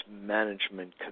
management